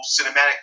cinematic